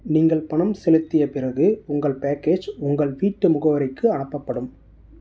நீங்கள் பணம் செலுத்திய பிறகு உங்கள் பேக்கேஜ் உங்கள் வீட்டு முகவரிக்கு அனுப்பப்படும்